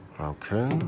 Okay